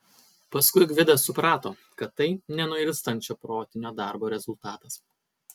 paskui gvidas suprato kad tai nenuilstančio protinio darbo rezultatas